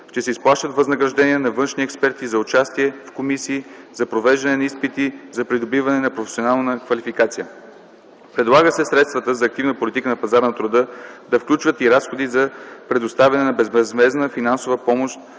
ще се изплащат възнаграждения на външни експерти за участие в комисии за провеждане на изпити за придобиване на професионална квалификация. Предлага се средствата за активна политика на пазара на труда да включват и разходи за предоставяне на безвъзмездна финансова помощ